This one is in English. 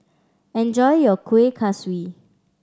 enjoy your Kueh Kaswi